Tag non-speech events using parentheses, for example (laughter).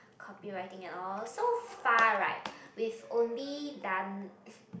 copywriting and all so far right we've only done (breath)